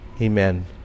amen